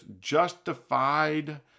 justified